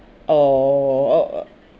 err